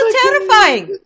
terrifying